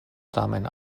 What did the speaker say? tamen